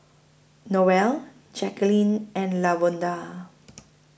Noelle Jaqueline and Lavonda